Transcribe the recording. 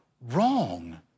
wrong